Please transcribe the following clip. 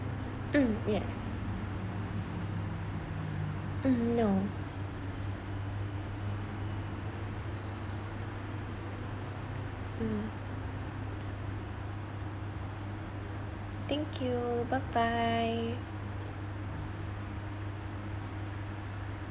mm yes mm no mm thank you bye bye